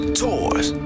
tours